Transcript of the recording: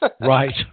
Right